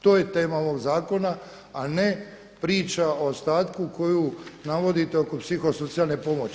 To je tema ovog zakona, a ne priča o ostatku koju navodite oko psihosocijalne pomoći.